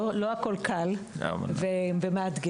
לא הכול קל, ומאתגר.